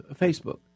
Facebook